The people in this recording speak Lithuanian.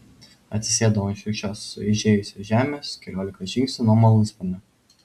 atsisėdau ant šiurkščios sueižėjusios žemės keliolika žingsnių nuo malūnsparnio